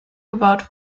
gebaut